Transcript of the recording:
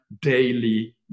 daily